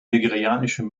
nigerianischen